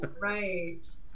right